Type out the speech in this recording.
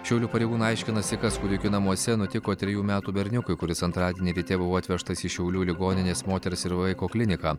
šiaulių pareigūnai aiškinasi kas kūdikių namuose nutiko trejų metų berniukui kuris antradienį be tėvų atvežtas į šiaulių ligoninės moters ir vaiko kliniką